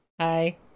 Hi